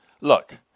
Look